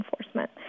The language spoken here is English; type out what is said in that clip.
enforcement